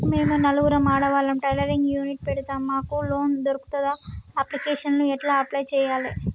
మేము నలుగురం ఆడవాళ్ళం టైలరింగ్ యూనిట్ పెడతం మాకు లోన్ దొర్కుతదా? అప్లికేషన్లను ఎట్ల అప్లయ్ చేయాలే?